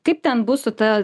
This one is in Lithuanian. kaip ten bus su ta